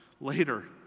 later